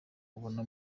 ubona